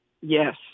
Yes